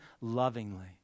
lovingly